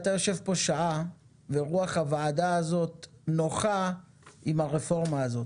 אתה יושב פה שעה ורוח הוועדה הזאת נוחה עם הרפורמה הזאת